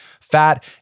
Fat